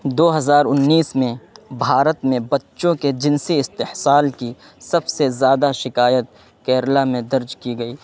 دو ہزار انیس میں بھارت میں بچوں کے جنسی استحصال کی سب سے زیادہ شکایت کیرلا میں درج کی گئی